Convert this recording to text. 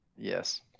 Yes